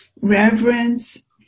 reverence